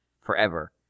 forever